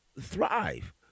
thrive